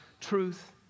truth